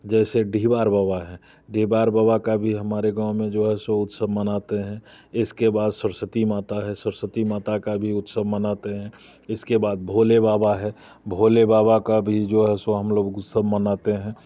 जैसे ढीवार बाबा है ढीवार बाबा का भी हमारे गांव में जो है सो उत्सव मनाते हैं इसके बाद सरस्वती माता है सरस्वती माता का भी उत्सव मनाते हैं इसके बाद भोले बाबा हैं भोले बाबा का भी जो हम लोग उत्सव मानते हैं